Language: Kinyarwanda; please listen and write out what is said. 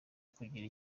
kugira